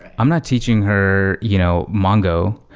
i'm not teaching her you know mongo.